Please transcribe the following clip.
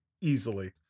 Easily